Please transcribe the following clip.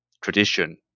Tradition